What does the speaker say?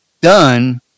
done